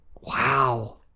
Wow